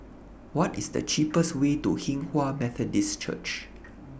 What IS The cheapest Way to Hinghwa Methodist Church